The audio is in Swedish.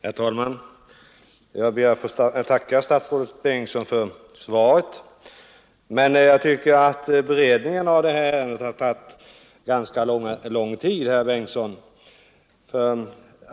Herr talman! Jag ber att få tacka statsrådet Bengtsson för svaret. Men jag tycker att beredningen av det här ärendet har tagit ganska lång tid, herr Bengtsson.